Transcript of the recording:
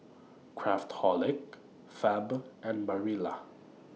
Craftholic Fab and Barilla